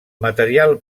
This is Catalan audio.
material